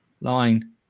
line